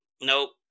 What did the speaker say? nope